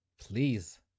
please